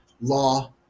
law